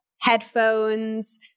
headphones